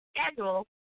schedule